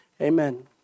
amen